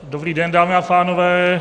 Dobrý den, dámy a pánové.